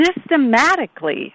systematically